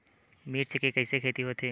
मिर्च के कइसे खेती होथे?